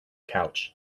couch